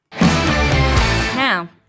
Now